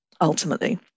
ultimately